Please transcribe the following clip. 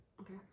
Okay